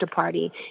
Party